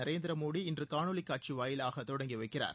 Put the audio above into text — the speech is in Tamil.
நரேந்திரமோடி இன்று காணொலி காட்சி வாயிலாக தொடங்கி வைக்கிறார்